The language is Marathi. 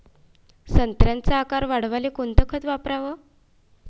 संत्र्याचा आकार वाढवाले कोणतं खत वापराव?